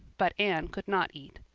but anne could not eat.